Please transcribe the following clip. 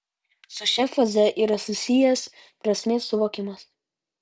su šia faze yra susijęs prasmės suvokimas